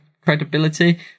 credibility